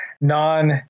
non